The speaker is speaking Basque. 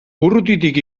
urrutitik